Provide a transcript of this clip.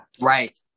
Right